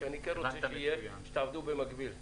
-- שאני כן רוצה שתעבדו במקביל,